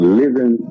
living